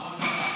כמדומני.